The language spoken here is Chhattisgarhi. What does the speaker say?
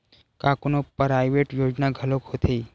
का कोनो प्राइवेट योजना घलोक होथे?